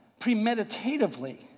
premeditatively